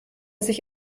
sich